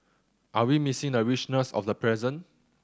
are we missing the richness of the present